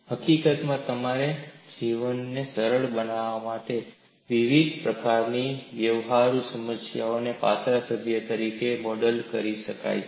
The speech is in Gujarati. હકીકતમાં તમારા જીવનને સરળ બનાવવા માટે વિવિધ પ્રકારની વ્યવહારુ સમસ્યાઓને પાતળા સભ્યો તરીકે મોડેલ્ડ કરી શકાય છે